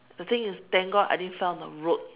the thing is thank God I didn't fell on the road